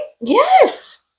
Yes